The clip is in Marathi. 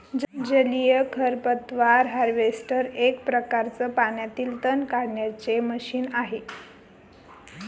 जलीय खरपतवार हार्वेस्टर एक प्रकारच पाण्यातील तण काढण्याचे मशीन आहे